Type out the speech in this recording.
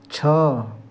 ଛଅ